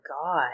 God